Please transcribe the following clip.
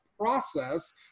process